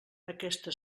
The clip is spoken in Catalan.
aquesta